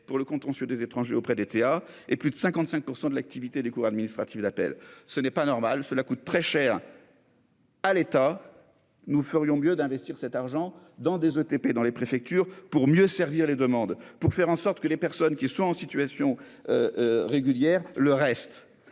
pour le contentieux des étrangers auprès d'ETA et plus de 55 % de l'activité des cours administratives d'appel, ce n'est pas normal, cela coûte très cher. à l'état, nous ferions mieux d'investir cet argent dans des ETP dans les préfectures pour mieux servir les demandes pour faire en sorte que les personnes qui sont en situation régulière, le reste,